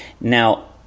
now